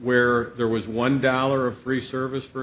where there was one dollar of free service for